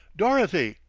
dorothy!